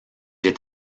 est